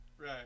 Right